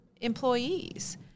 employees